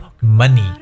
money